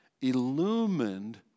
Illumined